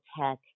tech